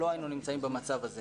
לא היינו נמצאים במצב הזה.